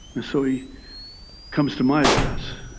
and so he comes to my address.